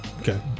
Okay